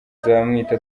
nzabamwita